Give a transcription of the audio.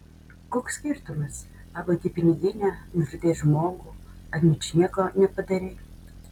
koks skirtumas pavogei piniginę nužudei žmogų ar ničnieko nepadarei